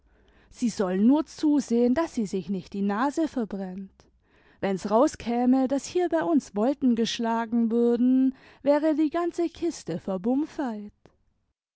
sie soll nur zusehen daß sie sich nicht die nase verbrennt wenn's herauskäme daß hier bei uns volten geschlagen würden wäre die ganze kiste